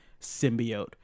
symbiote